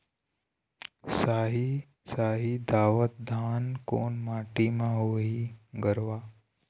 साही शाही दावत धान कोन माटी म होही गरवा?